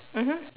mmhmm